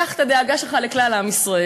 קח את הדאגה שלך לכלל עם ישראל.